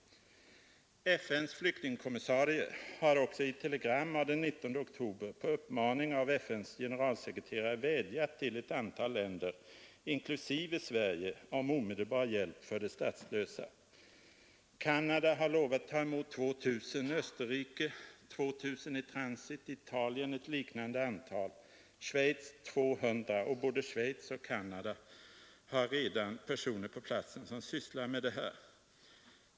FN:s flyktingkommissarie har också i ett telegram av den 19 oktober på uppmaning av FN:s generalsekreterare vädjat till ett antal länder, inklusive Sverige, om omedelbar hjälp för de statslösa. Canada har lovat ta emot 2 000, Österrike 2 000 i transit, Italien ett liknande antal, Schweiz 200; och både Schweiz och Canada har redan personer på platsen som sysslar med detta.